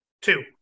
Two